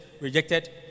rejected